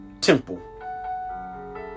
temple